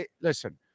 listen